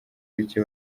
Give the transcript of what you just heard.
bike